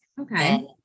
Okay